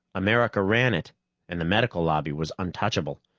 america ran it and the medical lobby was untouchable.